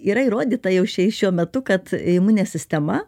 yra įrodyta jau šiai šiuo metu kad imuninė sistema